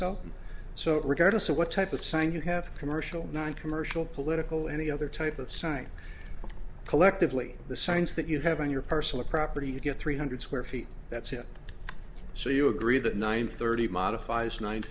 zero so regardless of what type of sign you have commercial noncommercial political any other type of sign collectively the signs that you have on your personal property you get three hundred square feet that's it so you agree that nine thirty modifies nine